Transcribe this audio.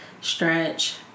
stretch